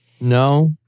No